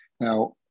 Now